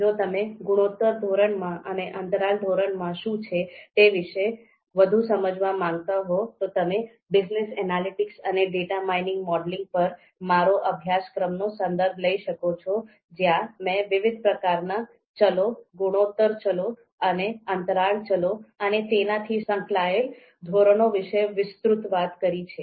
જો તમને ગુણોત્તર ધોરણમાં અને અંતરાલ ધોરણમાં શું છે તે વિશે વધુ સમજવા માંગતા હો તો તમે બીઝનેસ એનાલિટિક્સ અને ડેટા માઇનીંગ મોડેલિંગ પર મારો અભ્યાસક્રમનો સંદર્ભ લઇ શકો છો જ્યાં મેં વિવિધ પ્રકારનાં ચલો ગુણોત્તર ચલો અને અંતરાલ ચલો અને તેનાથી સંકળાયેલ ધોરણો વિશે વિસ્તૃત વાત કરી છે